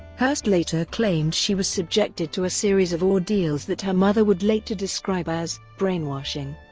hearst later claimed she was subjected to a series of ordeals that her mother would later describe as brainwashing.